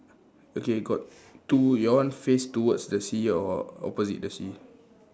okay got two your one face towards the sea or opposite the sea